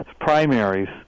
primaries